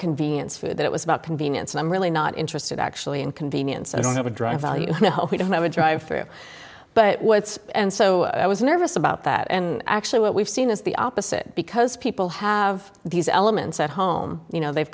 convenience food it was about convenience i'm really not interested actually in convenience i don't have to drive value we don't have a drive through but what's and so i was nervous about that and actually what we've seen is the opposite because people have these elements at home you know they've